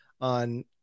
on